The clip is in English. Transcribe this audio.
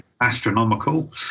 astronomical